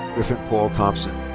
griffin paul thompson.